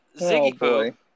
Ziggy